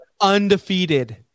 Undefeated